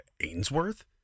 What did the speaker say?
Ainsworth